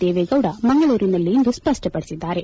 ದೇವೇಗೌಡ ಮಂಗಳೂರಿನಲ್ಲಿಂದು ಸ್ವಪ್ನಪಡಿಸಿದ್ದಾರೆ